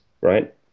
right